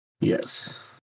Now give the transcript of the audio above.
Yes